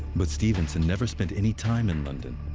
but stevenson never spent any time in london.